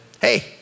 hey